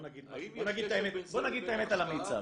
בוא נגיד את האמת על המיצ"ב,